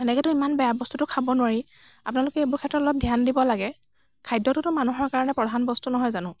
সেনেকৈতো ইমান বেয়া বস্তুটো খাব নোৱাৰি আপোনালোকে এইবোৰ ক্ষেত্ৰত অলপ ধ্যান দিব লাগে খাদ্যতোতো মানুহৰ কাৰণে প্ৰধান বস্তু নহয় জানো